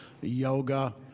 yoga